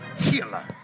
healer